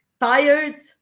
tired